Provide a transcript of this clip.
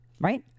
right